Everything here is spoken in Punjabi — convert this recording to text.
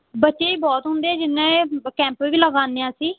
ਬੱਚੇ ਵੀ ਬਹੁਤ ਹੁੰਦੇ ਜਿੰਨਾ ਇਹ ਬ ਕੈਂਪ ਵੀ ਲਗਾਉਂਦੇ ਹਾਂ ਅਸੀਂ